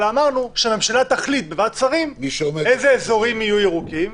אלא אמרנו שהממשלה תחליט בוועדת השרים איזה אזורי אזורים יהיו ירוקים,